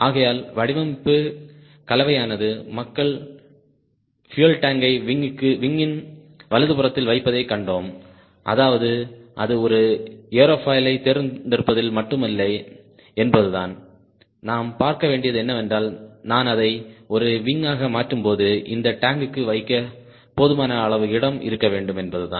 ஆகையால் வடிவமைப்பு கலவையானது மக்கள் பியூயல் டாங்கை விங்யின் வலதுபுறத்தில் வைப்பதைக் கண்டோம் அதாவது அது ஒரு ஏரோஃபாயிலைத் தேர்ந்தெடுப்பதில் மட்டுமில்லை என்பதுதான் நாம் பார்க்க வேண்டியது என்னவென்றால் நான் அதை ஒரு விங் ஆக மாற்றும்போது இந்த டாங்க்கு வைக்க போதுமான அளவு இடம் இருக்க வேண்டும் என்பதுதான்